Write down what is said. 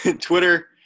Twitter